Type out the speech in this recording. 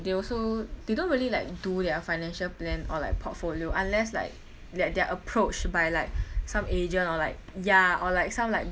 they also they don't really like do their financial plan or like portfolio unless like they they are approached by like some agent or like ya or like some like